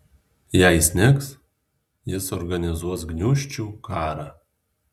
jei snigs jis organizuos gniūžčių karą